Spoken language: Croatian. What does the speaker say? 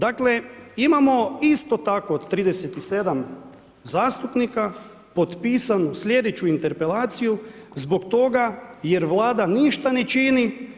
Dakle, imamo isto tako od 37 zastupnika, potpisanu slijedeću interpelaciju zbog toga jer Vlada ništa ne čini,